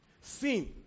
Sin